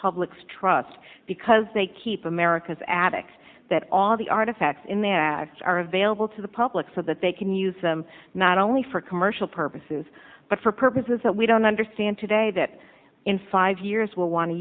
public's trust because they keep america's addicts that all the artifacts in their lives are available to the public so that they can use them not only for commercial purposes but for purposes that we don't understand today that in five years will want to